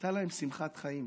הייתה להם שמחת חיים.